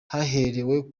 haherewe